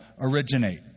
originate